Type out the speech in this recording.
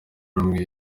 rumwe